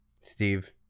Steve